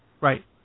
Right